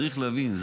צריך להבין,